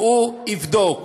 שהוא יבדוק,